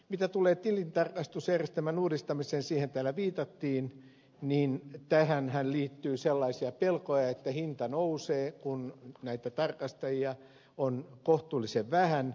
mitä tulee tilintarkastusjärjestelmän uudistamiseen siihen täällä viitattiin niin tähänhän liittyy sellaisia pelkoja että hinta nousee kun näitä tarkastajia on kohtuullisen vähän